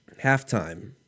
Halftime